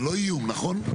זה לא איום נכון?